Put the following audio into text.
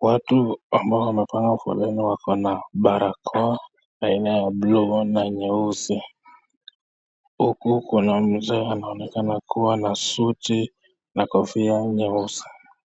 Watu ambao wamepanga foleni wakona barakoa aina ya bluu na nyeusi. Huku kuna mzee anaonekana kuwa na suti na kofia nyeusi.